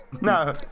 No